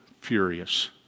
furious